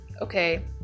Okay